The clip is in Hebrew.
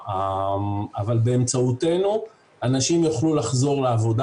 אבל באמצעותנו אנשים יוכלו לחזור לעבודה,